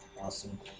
Awesome